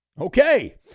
Okay